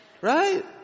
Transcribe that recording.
right